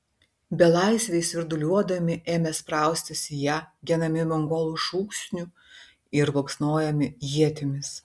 belaisviai svirduliuodami ėmė spraustis į ją genami mongolų šūksnių ir baksnojami ietimis